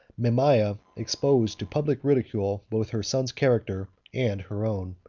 mamaea exposed to public ridicule both her son's character and her own.